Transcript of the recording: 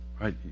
Right